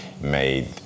made